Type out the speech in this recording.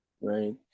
Right